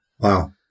Wow